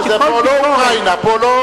פה זה לא אוקראינה.